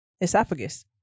Esophagus